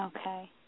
Okay